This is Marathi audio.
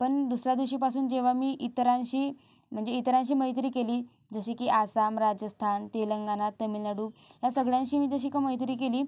पण दुसऱ्या दिवशीपासून जेव्हा मी इतरांशी म्हणजे इतरांशी मैत्री केली जशी की आसाम राजस्थान तेलंगणा तमिळनाडू ह्या सगळ्यांशी मी जशी का मैत्री केली